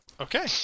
Okay